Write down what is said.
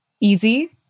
easy